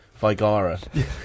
Vigara